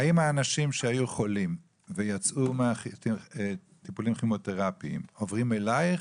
האם האנשים שהיו חולים ויצאו מהטיפולים הכימותרפיים עוברים אלייך?